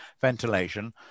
ventilation